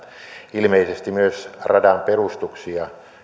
ilmeisesti myös radan perustuksia